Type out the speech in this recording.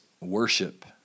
worship